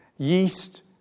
Yeast